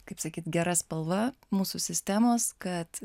kaip sakyt gera spalva mūsų sistemos kad